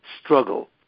struggle